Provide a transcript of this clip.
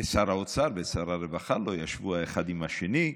ושר האוצר ושר הרווחה לא ישבו האחד עם השני,